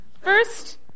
First